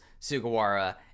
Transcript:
Sugawara